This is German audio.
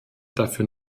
dafür